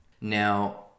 now